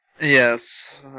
Yes